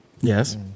Yes